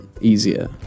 easier